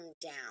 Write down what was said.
down